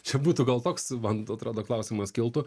čia būtų gal toks man atrodo klausimas kiltų